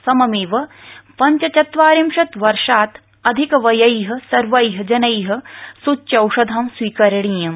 सममेव पञ्चचत्वारिंशत् वर्षात् अधिकवयै सर्वै जनै सूच्यौषधं स्वीकरणीयम्